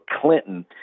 Clinton